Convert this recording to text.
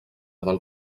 del